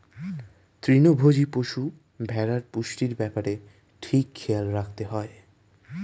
তৃণভোজী পশু, ভেড়ার পুষ্টির ব্যাপারে ঠিক খেয়াল রাখতে হয়